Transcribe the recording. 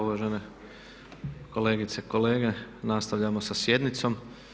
Uvažene kolegice i kolege, nastavljamo sa sjednicom.